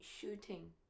Shooting